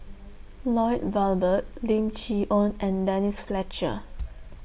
Lloyd Valberg Lim Chee Onn and Denise Fletcher